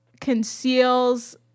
conceals